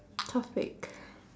topic